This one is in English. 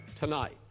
tonight